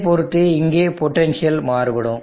இதைப் பொறுத்து இங்கே பொட்டன்ஷியல் மாறுபடும்